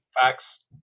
facts